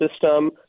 system